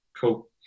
cool